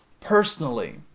personally